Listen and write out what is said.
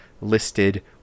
listed